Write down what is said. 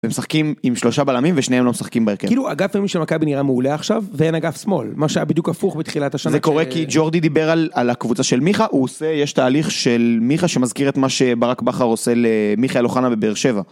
והם משחקים עם שלושה בלמים ושניהם לא משחקים בהרכב. כאילו, אגף ימני של מכבי נראה מעולה עכשיו ואין אגף שמאל, מה שהיה בדיוק הפוך בתחילת השנה. זה קורה כי ג'ורדי דיבר על על הקבוצה של מיכה, הוא עושה, יש תהליך של מיכה שמזכיר את מה שברק בכר עושה למיכאל אוחנה בבר שבע.